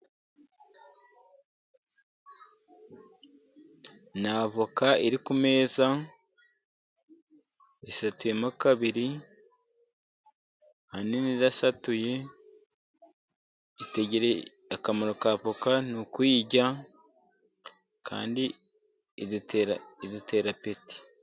N'avoka iri ku meza isatuyemo kabiri hari nindi itasatuye. Akamaro k'avoka n'ukuyirya kandi idutera apeti.